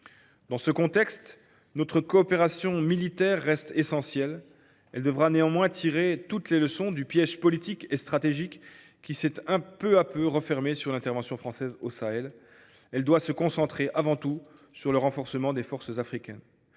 Dans ce contexte, notre coopération militaire reste essentielle. Elle devra néanmoins tirer toutes les leçons du piège politique et stratégique qui s’est peu à peu refermé sur l’intervention française au Sahel. Elle doit se concentrer avant tout sur le renforcement des forces africaines.